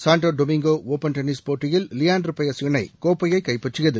Sandow Domingo open tennis போட்டியில் லியாண்டர் பயஸ் இணை கோப்பையை கைப்பற்றியது